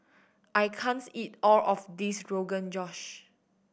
I can't eat all of this Rogan Josh